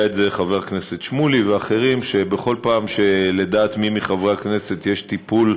יודעים חבר הכנסת שמולי ואחרים שבכל פעם שלדעת מי מחברי הכנסת יש טיפול